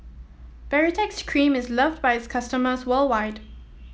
Baritex Cream is loved by its customers worldwide